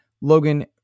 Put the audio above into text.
logan